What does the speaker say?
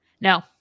No